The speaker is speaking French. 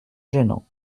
gênant